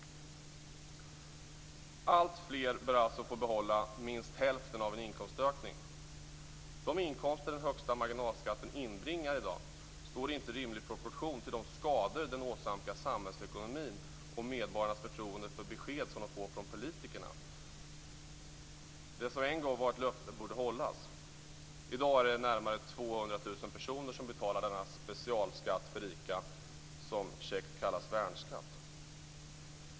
Alltfler bör alltså få behålla minst hälften av en inkomstökning. De inkomster som den högsta marginalskatten i dag inbringar står inte i rimlig proportion till de skador som den åsamkar samhällsekonomin och medborgarnas förtroende för de besked som de får från politikerna. Det som en gång var ett löfte borde hållas. I dag är det närmare 200 000 personer som betalar denna specialskatt för rika som käckt kallas för värnskatt.